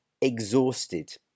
exhausted